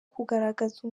kugaragaza